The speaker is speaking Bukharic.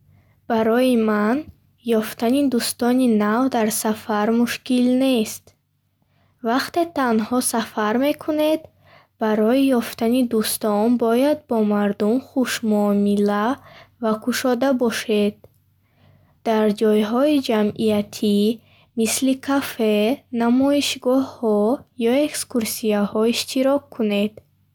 Барои ман ефтани дустони нав дар сафар мушкил нест. Вақте танҳо сафар мекунед, барои ёфтани дӯстон бояд бо мардум хушмуомила ва кушода бошед. Дар ҷойҳои ҷамъиятӣ мисли кафе, намоишгоҳҳо ё экскурсияҳо иштирок кунед.